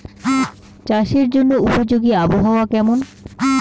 চাষের জন্য উপযোগী আবহাওয়া কেমন?